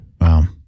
Wow